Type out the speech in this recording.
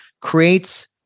creates